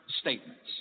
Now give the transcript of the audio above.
statements